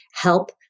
help